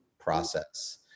process